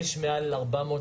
יש היום מעל 400